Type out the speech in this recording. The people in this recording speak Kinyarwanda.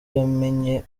yamenye